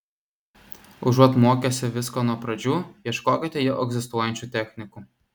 užuot mokęsi visko nuo pradžių ieškokite jau egzistuojančių technikų